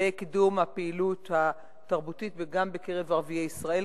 בקידום הפעילות התרבותית גם בקרב ערביי ישראל,